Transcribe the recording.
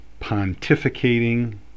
pontificating